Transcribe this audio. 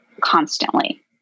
constantly